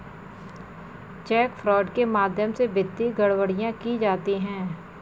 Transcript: check fraud के माध्यम से वित्तीय गड़बड़ियां की जाती हैं